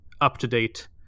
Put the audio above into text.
up-to-date